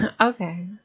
Okay